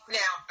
now